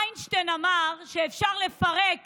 איינשטיין אמר שאפשר לפרק